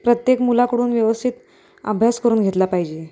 प्रत्येक मुलाकडून व्यवस्थित अभ्यास करून घेतला पाहिजे